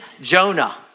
Jonah